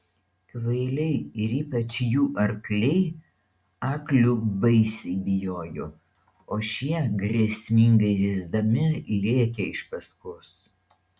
kvailiai ir ypač jų arkliai aklių baisiai bijojo o šie grėsmingai zyzdami lėkė iš paskos